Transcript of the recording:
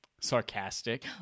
Sarcastic